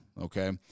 Okay